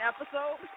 episode